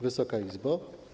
Wysoka Izbo!